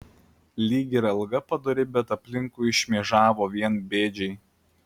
lyg ir alga padori bet aplinkui šmėžavo vien bėdžiai